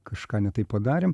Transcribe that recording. kažką ne taip padarėm